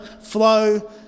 flow